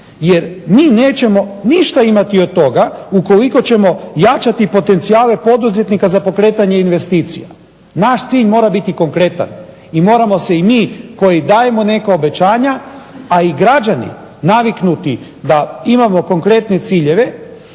Jer mi nećemo ništa imati od toga ukoliko ćemo jačati potencijale poduzetnika za pokretanje investicija. Naš cilj mora biti konkretan i moram se i mi koji dajemo neka obećanja, a i građani naviknuti da imamo konkretne ciljeve